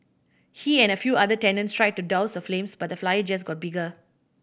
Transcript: he and a few other tenants tried to douse the flames but the fire just got bigger